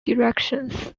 directions